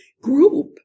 group